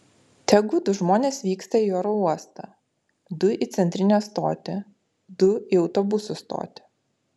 tegu du žmonės vyksta į oro uostą du į centrinę stotį du į autobusų stotį